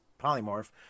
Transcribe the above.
Polymorph